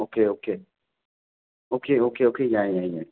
okay okay okay okay okay ꯌꯥꯏ ꯌꯥꯏ ꯌꯥꯏ